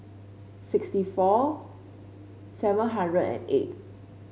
sixty four seven hundred and eight